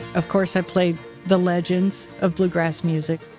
of course, i played the legends of bluegrass music.